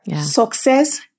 Success